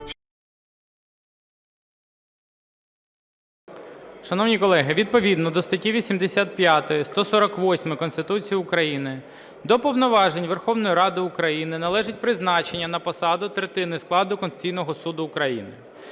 частини першої статті 85 Конституції України до повноважень Верховної Ради України належить призначення на посади третини складу Конституційного Суду України.